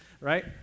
right